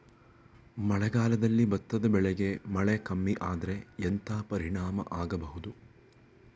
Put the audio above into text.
ಮಳೆಗಾಲದಲ್ಲಿ ಭತ್ತದ ಬೆಳೆಗೆ ಮಳೆ ಕಮ್ಮಿ ಆದ್ರೆ ಎಂತ ಪರಿಣಾಮ ಆಗಬಹುದು?